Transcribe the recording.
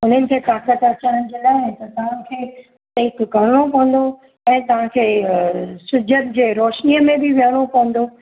उननि खे ताकत अचण जे लाइ इहे त तव्हांखे सेक करिणो पवंदो ऐं तव्हांखे सिज जे रोशनीअ में बि वेहणो पवंदो